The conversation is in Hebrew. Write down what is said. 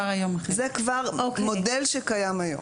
זה כבר מודל שקיים היום.